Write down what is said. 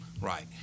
Right